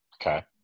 Okay